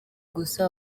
gusa